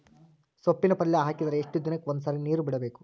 ಸೊಪ್ಪಿನ ಪಲ್ಯ ಹಾಕಿದರ ಎಷ್ಟು ದಿನಕ್ಕ ಒಂದ್ಸರಿ ನೀರು ಬಿಡಬೇಕು?